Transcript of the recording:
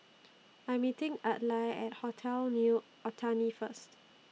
I Am meeting Adlai At Hotel New Otani First